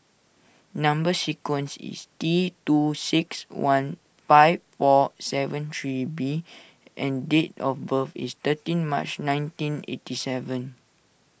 Number Sequence is T two six one five four seven three B and date of birth is thirteen March nineteen eighty seven